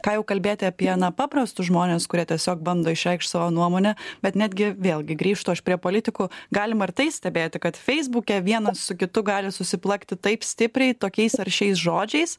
ką jau kalbėt apie paprastus žmones kurie tiesiog bando išreikšt savo nuomonę bet netgi vėlgi grįžtu aš prie politikų galima ir tai stebėti kad feisbuke vienas su kitu gali susiplakti taip stipriai tokiais aršiais žodžiais